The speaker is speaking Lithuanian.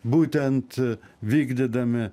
būtent vykdydami